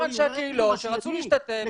שאר אנשי הקהילות שרצו להשתתף השתתפו.